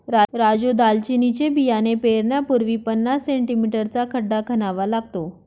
राजू दालचिनीचे बियाणे पेरण्यापूर्वी पन्नास सें.मी चा खड्डा खणावा लागतो